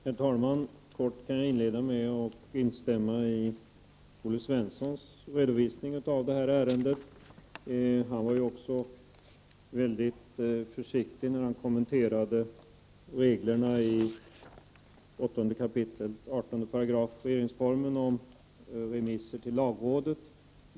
Herr talman! Jag vill inleda med att instämma i Olle Svenssons redovisning av detta ärende. Han var ju väldigt försiktig när han kommenterade reglerna i 8 kap. 18§ regeringsformen om remisser till lagrådet.